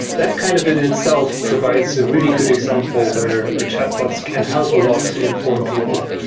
that kind of in itself provides a really good example where where chatbots can help a lot to inform people.